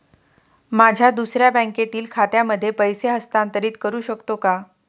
माझ्या दुसऱ्या बँकेतील खात्यामध्ये पैसे हस्तांतरित करू शकतो का?